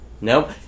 Nope